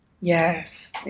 Yes